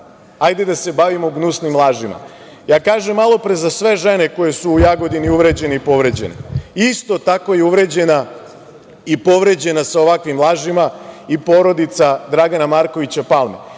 hajde da se bavimo gnusnim lažima. Ja kažem malopre, za sve žene koje su u Jagodini uvređene i povređene, isto tako je uvređena i povređena sa ovakvim lažima i porodica Dragana Markovića Palme.